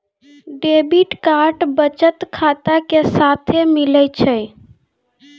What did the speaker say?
debit card बचत खाता के साथे मिलै छै